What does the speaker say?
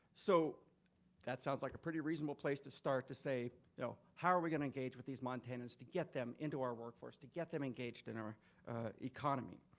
so that sounds like a pretty reasonable place to start to say you know how are we gonna engage with these montanans to get them into our workforce, to get them engaged in our economy?